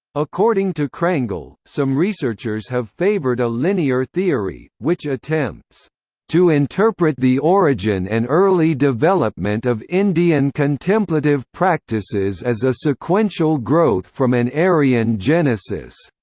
according to crangle, some researchers have favoured a linear theory, which attempts to interpret the origin and early development of indian contemplative practices as a sequential growth from an aryan genesis,